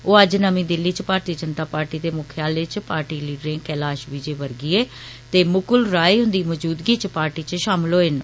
ओ अज्ज नमीं दिल्ली च भारती जनता पार्टी दे मुख्यालय च पॉर्टी लीडरें कैलाष विजय वर्गीय ते मुकुल रॉय हुन्दी मौजूदगी च पॉर्टी च षामल होए न